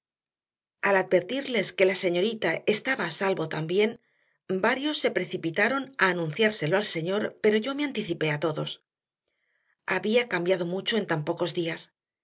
al advertirles que la señorita estaba a salvo también varios se precipitaron a anunciárselo al señor pero yo me anticipé a todos había cambiado mucho en tan pocos días